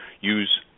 use